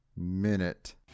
minute